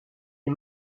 les